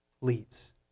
leads